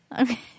Okay